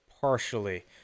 partially